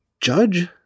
judge